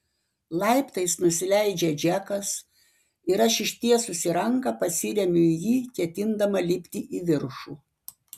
laiptais nusileidžia džekas ir aš ištiesusi ranką pasiremiu į jį ketindama lipti į viršų